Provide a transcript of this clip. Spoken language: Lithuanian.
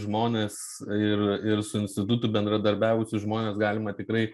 žmones ir ir su institutu bendradarbiavusius žmones galima tikrai